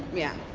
yeah.